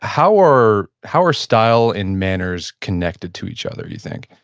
how are how are style and manners connected to each other, you think?